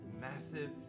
massive